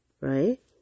Right